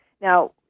Now